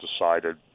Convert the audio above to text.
decided